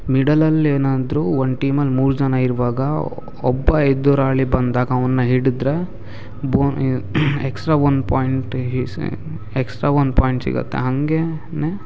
ಮಿಡಲಲ್ಲಿ ಏನಾದರೋ ಒಂದು ಟೀಮಲ್ಲಿ ಮೂರು ಜನ ಇರುವಾಗ ಒಬ್ಬ ಎದುರಾಳಿ ಬಂದಾಗ ಅವನ್ನ ಹಿಡಿದ್ರೆ boom in extra one point extra one point ಸಿಗುತ್ತೆ ಹಂಗೆನೇ